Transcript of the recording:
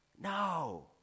No